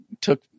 took